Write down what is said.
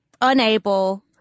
unable